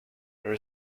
there